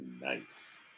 Nice